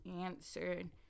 answered